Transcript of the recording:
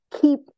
keep